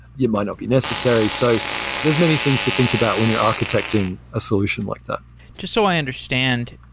yeah might not be necessary. so there's many things to think about when you're architecting a solution like that just so i understand,